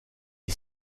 est